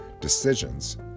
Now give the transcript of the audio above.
Decisions